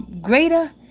greater